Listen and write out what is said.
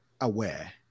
aware